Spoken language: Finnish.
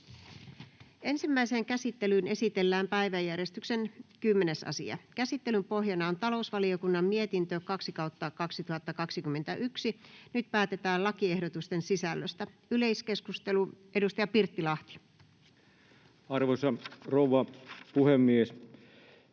Ensimmäiseen käsittelyyn esitellään päiväjärjestyksen 10. asia. Käsittelyn pohjana on talousvaliokunnan mietintö TaVM 2/2021 vp. Nyt päätetään lakiehdotusten sisällöstä. — Edustaja Pirttilahti. Arvoisa rouva puhemies!